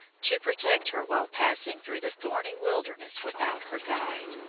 to protect her while passing through the thorny wilderness without her guide.